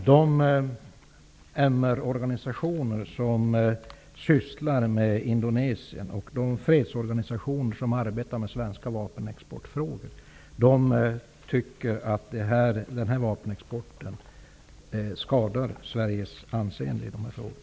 Herr talman! De MR-organisationer som sysslar med Indonesien och de fredsorganisationer som arbetar med frågor om svensk vapenexport tycker att den här vapenexporten skadar Sveriges anseende i detta fall.